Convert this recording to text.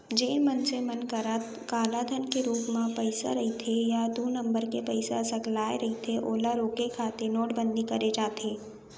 जेन मनसे मन करा कालाधन के रुप म पइसा रहिथे या दू नंबर के पइसा सकलाय रहिथे ओला रोके खातिर नोटबंदी करे जाथे